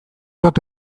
dut